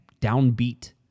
downbeat